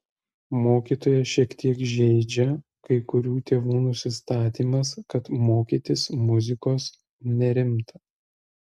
mokytoją šiek tiek žeidžia kai kurių tėvų nusistatymas kad mokytis muzikos nerimta